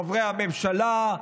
חברי הממשלה,